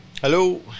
Hello